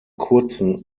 kurzen